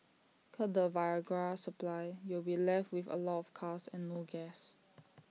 cut the Viagra supply you'll be left with A lot of cars and no gas